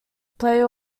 play